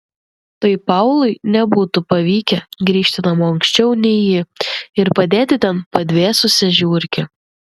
tai paului nebūtų pavykę grįžti namo anksčiau nei ji ir padėti ten padvėsusią žiurkę